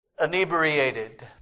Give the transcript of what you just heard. inebriated